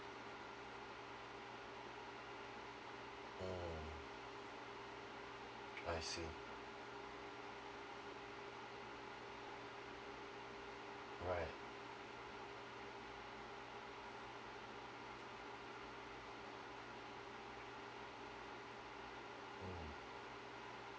mm I see all right mm